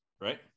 right